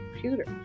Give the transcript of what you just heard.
computer